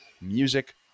Music